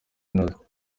inoze